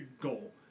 goal